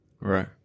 Right